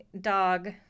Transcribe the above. dog